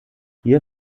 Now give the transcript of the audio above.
hier